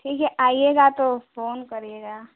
ठीक है आइएगा तो फ़ोन करिएगा